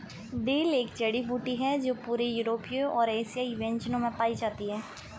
dill एक जड़ी बूटी है जो पूरे यूरोपीय और एशियाई व्यंजनों में पाई जाती है